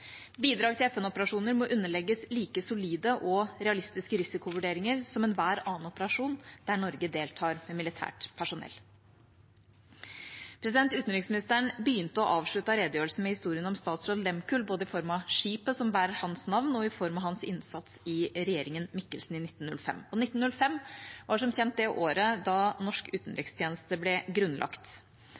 Bidrag til FN-operasjoner må underlegges like solide og realistiske risikovurderinger som enhver annen operasjon der Norge deltar med militært personell. Utenriksministeren begynte og avsluttet redegjørelsen med historien om statsråd Lehmkuhl, både i form av skipet som bærer hans navn, og i form av hans innsats i regjeringen Michelsen i 1905. 1905 var som kjent det året da norsk utenrikstjeneste ble grunnlagt.